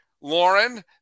lauren